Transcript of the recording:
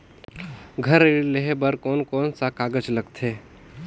घर ऋण लेहे बार कोन कोन सा कागज लगथे?